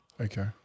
Okay